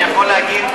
אני יכול להגיב?